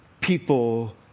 people